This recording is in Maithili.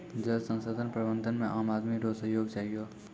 जल संसाधन प्रबंधन मे आम आदमी रो सहयोग चहियो